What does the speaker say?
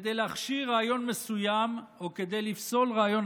כדי להכשיר רעיון מסוים או כדי לפסול רעיון